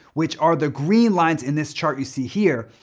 which are the green lines in this chart you see here,